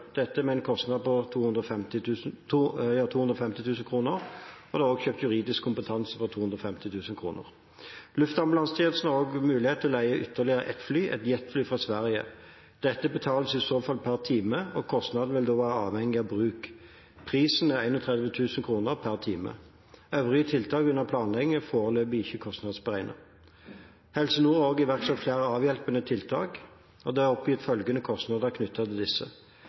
dette med en kostnad på 250 000 kr. Det er videre kjøpt juridisk kompetanse for 250 000 kr. Luftambulansetjenesten har mulighet til å leie ytterligere ett fly, et jetfly fra Sverige. Dette betales i så fall per time, og kostnaden vil da være avhengig av bruk. Prisen er 31 000 kr per time. Øvrige tiltak under planlegging er foreløpig ikke kostnadsberegnet. Helse Nord har iverksatt flere avhjelpende tiltak. De har oppgitt følgende kostnader knyttet til disse: